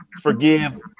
forgive